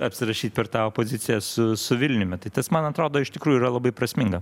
apsirašyt per tą opoziciją su su vilniumi tai tas man atrodo iš tikrųjų yra labai prasminga